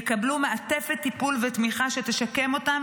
יקבלו מעטפת טיפול ותמיכה שתשקם אותם